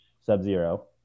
Sub-Zero